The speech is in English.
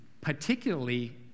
particularly